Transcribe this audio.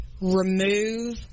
remove